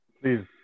Please